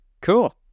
cool